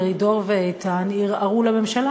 מרידור ואיתן ערערו לממשלה